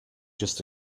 just